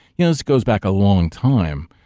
you know this goes back a long time.